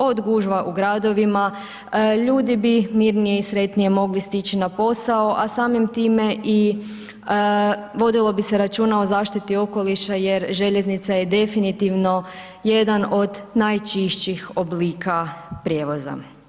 Od gužva u gradovima, ljudi bi mirnije i sretnije mogli stići na posao a samim time vodilo bi se računa o zaštiti okoliša jer željeznica je definitivno jedan od najčišćih oblika prijevoza.